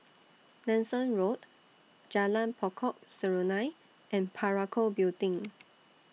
Nanson Road Jalan Pokok Serunai and Parakou Building